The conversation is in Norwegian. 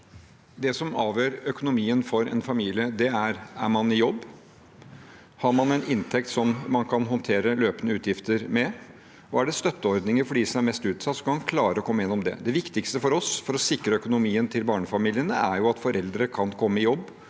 Det som avgjør økonomien for en familie, er: Er man i jobb? Har man en inntekt slik at man kan håndtere løpende utgifter? Og er det støtteordninger for dem som er mest utsatt, så de kan klare å komme seg igjennom det? Det viktigste for oss for å sikre økonomien til barnefamiliene er at foreldre kan komme i jobb,